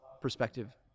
perspective